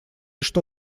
что